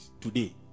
today